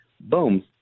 boom